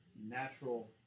natural